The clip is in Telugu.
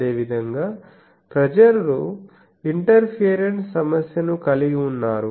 అదేవిధంగా ప్రజలు ఇంటర్ఫియరెన్స్ సమస్య ని కలిగి ఉన్నారు